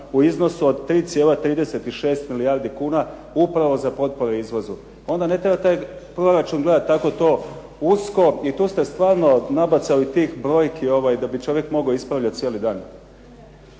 u iznosu od 3,36 milijardi kuna upravo za potpore u izvoz. Onda ne treba taj proračun gledati tako usko. I tu ste stvarno nabacali ovih brojki da bi čovjek mogao ispravljati cijeli dan.